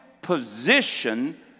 position